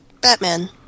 Batman